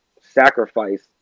sacrifice